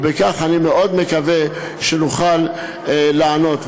ובכך אני מאוד מקווה שנוכל לענות.